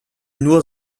nur